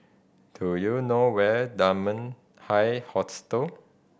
do you know where Dunman High Hostel